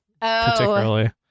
particularly